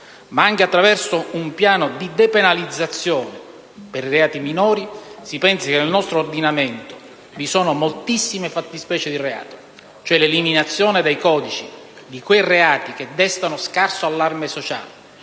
ma anche attraverso un piano di depenalizzazione dei reati minori, (nel nostro ordinamento vi sono moltissime fattispecie di reato) cioè, l'eliminazione dai codici di quei reati che destano scarso allarme sociale.